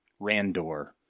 Randor